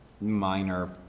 minor